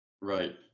Right